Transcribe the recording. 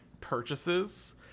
purchases